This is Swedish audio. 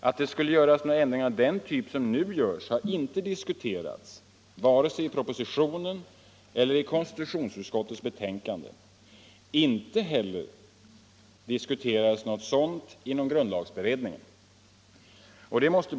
Att det skulle göras ändringar av den typ som nu görs hade inte diskuterats vare sig i propositionen eller konstitutionsutskottets betänkande, inte heller diskuterades något sådant inom grundlagberedningen.